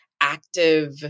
active